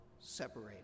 separate